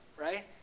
right